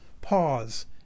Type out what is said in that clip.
pause